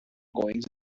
goings